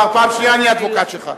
כבר פעם שנייה אני האדבוקט שלך.